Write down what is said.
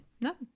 No